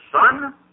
son